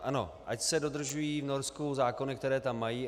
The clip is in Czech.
Ano, ať se dodržují v Norsku zákony, které tam mají.